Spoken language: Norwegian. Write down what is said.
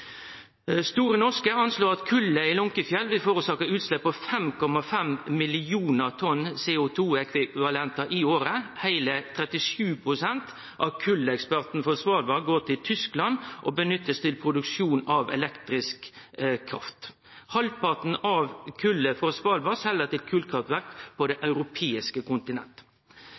Store Norske anslår at kolet i Lunckefjell vil forårsake utslepp av 5,5 millionar tonn CO2-ekvivalentar i året. Heile 37 pst. av koleksporten frå Svalbard går til Tyskland og blir nytta til produksjon av elektrisk kraft. Halvparten av kolet frå Svalbard blir seld til kolkraftverk på det europeiske